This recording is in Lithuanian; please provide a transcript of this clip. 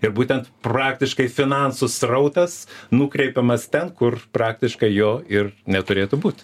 ir būtent praktiškai finansų srautas nukreipiamas ten kur praktiškai jo ir neturėtų būt